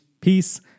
peace